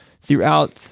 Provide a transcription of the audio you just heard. throughout